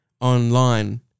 online